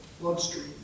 bloodstream